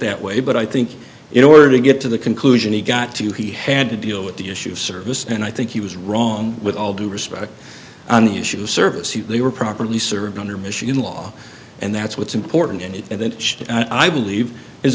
that way but i think in order to get to the conclusion he got to he had to deal with the issue of service and i think he was wrong with all due respect an issue of service he they were properly served under michigan law and that's what's important and i believe his